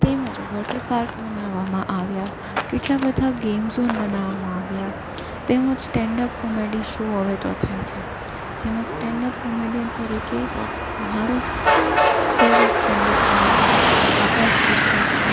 તેમજ વૉટરપાર્ક બનાવવામાં આવ્યા કેટલા બધા ગેમ ઝોન બનાવવામાં આવ્યા તેમજ સ્ટેન્ડ અપ કોમેડી શો હવે તો થાય છે જેમાં સ્ટેન્ડ અપ કોમેડિયન તરીકે મારો favourite stand up comedian Akash Gupta છે